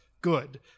good